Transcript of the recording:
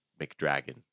mcdragon